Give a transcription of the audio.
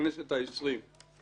הכנסת ה-20.